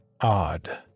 odd